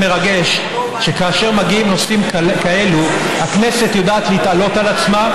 זה מרגש שכאשר מגיעים נושאים כאלה הכנסת יודעת להתעלות על עצמה,